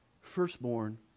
firstborn